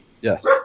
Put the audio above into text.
Yes